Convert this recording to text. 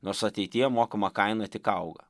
nors ateityje mokama kaina tik auga